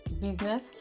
business